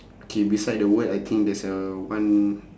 okay beside the word I think there is a one